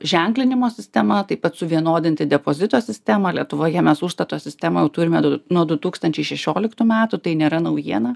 ženklinimo sistema taip pat suvienodinti depozito sistemą lietuvoje mes užstato sistemą turime du nuo du tūkstančiai šešioliktų metų tai nėra naujiena